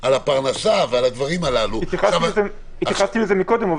על הפרנסה ועל הדברים הללו --- התייחסתי לזה קודם,